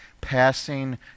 passing